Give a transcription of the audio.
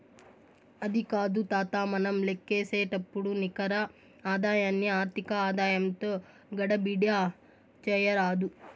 అది కాదు తాతా, మనం లేక్కసేపుడు నికర ఆదాయాన్ని ఆర్థిక ఆదాయంతో గడబిడ చేయరాదు